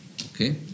okay